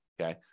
okay